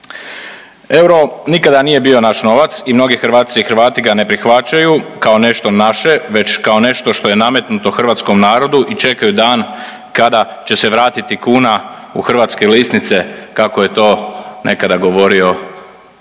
Euro nikada nije bio naš novac i mnogi Hrvatice i Hrvati ga ne prihvaćaju kao nešto naše već kao nešto što je nametnuto hrvatskom narodu i čekaju dan kada će se vratiti kuna u hrvatske lisnice kako je to nekada govorio dr.